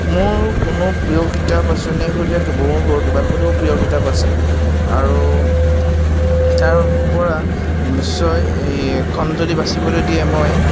মোৰ কোনো প্ৰিয় কিতাপ আছেনি সুধিলে বহু কেবাখনো প্ৰিয় কিতাপ আছে আৰু তাৰপৰা নিশ্চয় এখন যদি বাছিবলৈ দিয়ে মই